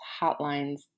hotlines